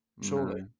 Surely